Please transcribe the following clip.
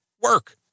work